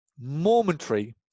momentary